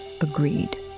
agreed